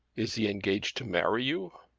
is he engaged to marry you?